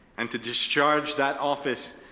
and to discharge that office,